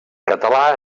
català